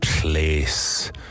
Place